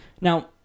Now